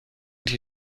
die